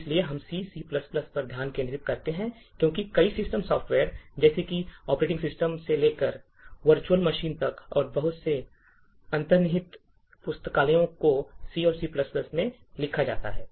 इसलिए हम C और C पर ध्यान केंद्रित करते हैं क्योंकि कई सिस्टम सॉफ्टवेयर जैसे कि ऑपरेटिंग सिस्टम से लेकर वर्चुअल मशीन तक और बहुत से अंतर्निहित पुस्तकालयों को C और C में लिखा जाता है